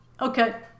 okay